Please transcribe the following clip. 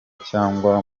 cyangwa